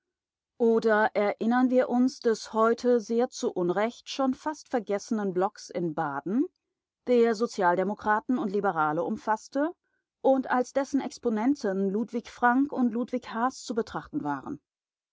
oder erinnern wir uns des heute sehr zu unrecht schon fast vergessenen blocks in baden der sozialdemokraten und liberale umfaßte und als dessen exponenten ludwig frank und ludwig haas zu betrachten waren